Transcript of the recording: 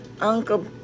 Uncle